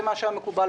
זה מה שהיה מקובל,